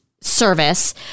service